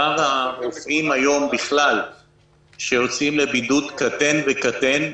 מספר הרופאים היום בכלל שיוצאים לבידוד קטֵן וקטֵן,